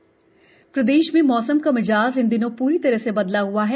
मौसम प्रदेश में मौसम का मिजाज इन दिनों प्री तरह से बदला हुआ है